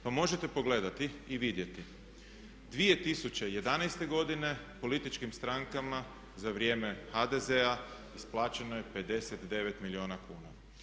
Pa možete pogledati i vidjeti 2011. godine političkim strankama za vrijeme HDZ-a isplaćeno je 59 milijuna kuna.